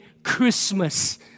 christmas